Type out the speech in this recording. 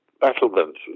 battlements